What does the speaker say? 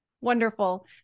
Wonderful